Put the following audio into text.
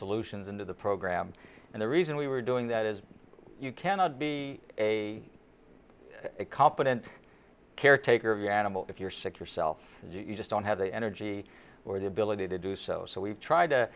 solutions into the program and the reason we were doing that is you cannot be a competent caretaker of your animal if you're sick yourself as you just don't have the energy or the ability to do so so we've tried to